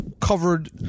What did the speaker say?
covered